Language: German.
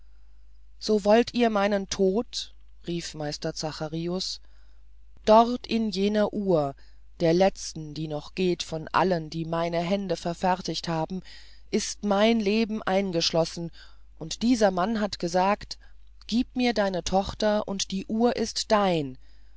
so wollt ihr meinen tod rief meister zacharius dort in jener uhr der letzten die noch geht von allen die ich mit meinen händen verfertigt habe ist mein leben eingeschlossen und dieser mann hat gesagt gieb mir deine tochter und die uhr ist dein